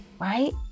right